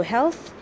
Health